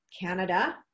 Canada